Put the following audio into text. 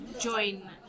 join